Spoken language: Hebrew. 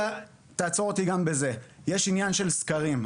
תעצור אותי אם צריך יש עניין של סקרים,